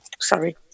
sorry